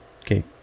Okay